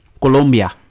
Colombia